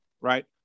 right